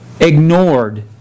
ignored